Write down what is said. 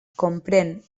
comprèn